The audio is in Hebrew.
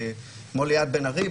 כמו ליאת בן ארי,